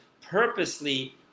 purposely